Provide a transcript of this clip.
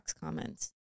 comments